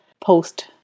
post